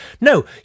no